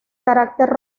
carácter